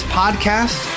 podcast